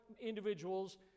individuals